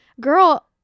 girl